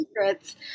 secrets